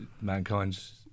mankind's